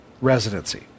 residency